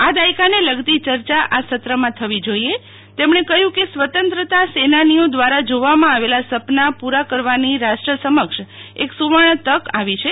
આ દાયકાન લગતી ચર્ચા આ સત્રમાં થવી જોઈએ તેમણે કહય કે સ્વતંત્રતા સેનાનીઓ દવારા જોવામાં આવેલા સપનાં પૂરા કરવાની રાષ્ટ્ર સમક્ષ એક સુવર્ણ તક આવી છે